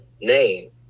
name